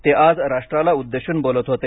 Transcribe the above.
ते आज राष्ट्राला उद्देशून बोलत होते